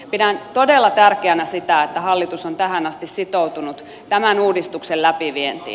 pidän todella tärkeänä sitä että hallitus on tähän asti sitoutunut tämän uudistuksen läpivientiin